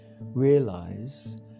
realize